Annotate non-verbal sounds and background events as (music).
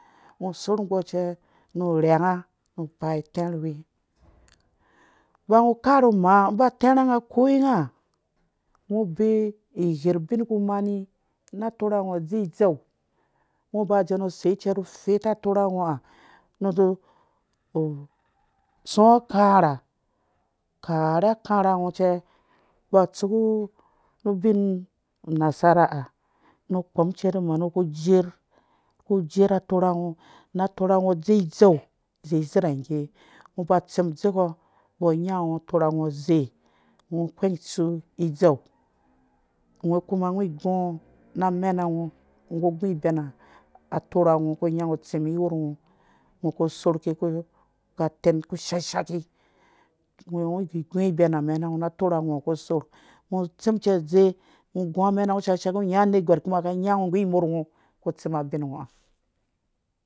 Ngɔ sorh gbɔ cɛ nu rhɛnga nu pia tɛrhiweba ngɔ karhu maa ngo. ba tɛrha nga akoi nga nga bee ijerh ubin ku mani na atorango ha adze idzau ngɔ ba wandzen nu sei cɛ nu feta atora ngɔ ha nu zi (hesitation) tsu a kaha kerhe akarhangɔ cɛ nu manu ku jerh ku jerh atora ngɔ na atora ngɔ adze idzeu zazeirha ngga ngɔ ba tsim deek mgɔ nga nga atora ngɔ azei ngɔ wheng itsu idzeu ngo kuma ngɔ igu ngɔ na amena ngo ngɔ ku sorh ke (unintelligible) katen ku sha shaki ngɔ gi guing ibɛm amena ngɔ na atora ngɔ ku sorh ngɔ tsim ke dze gu amena ngɔ ku shashaki nya anerhgwar kuma kai nya imorh ngɔ ku tsim abin ngɔ ha,